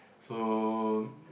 so